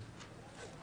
רבה.